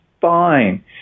fine